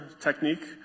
technique